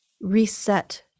reset